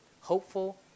hopeful